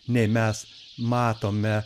nei mes matome